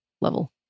level